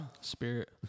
Spirit